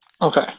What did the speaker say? Okay